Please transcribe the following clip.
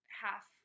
half